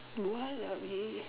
what are we